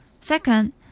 Second